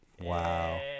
Wow